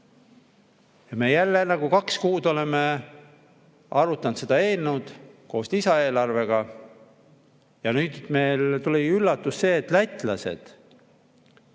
Me jälle nagu kaks kuud oleme arutanud seda eelnõu koos lisaeelarvega ja nüüd meile tuli üllatusena, et lätlased